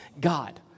God